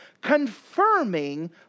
Confirming